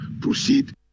proceed